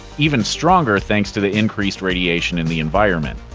even stronger thanks to the increased radiation in the environment.